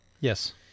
Yes